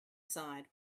side